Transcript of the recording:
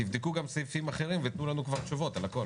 תבדקו גם סעיפים אחרים ותנו לנו תשובות על הכול.